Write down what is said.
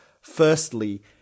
firstly